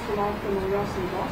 sulauksim naujos siuntos